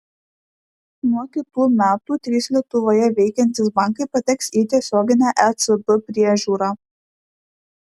nuo kitų metų trys lietuvoje veikiantys bankai pateks į tiesioginę ecb priežiūrą